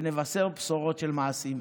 ונבשר בשורות של מעשים.